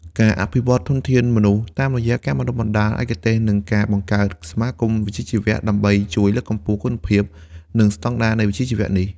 ការអភិវឌ្ឍន៍ធនធានមនុស្សតាមរយៈការបណ្តុះបណ្តាលឯកទេសនិងការបង្កើតសមាគមវិជ្ជាជីវៈ ដើម្បីជួយលើកកម្ពស់គុណភាព និងស្តង់ដារនៃវិជ្ជាជីវៈនេះ។